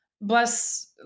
bless